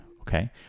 okay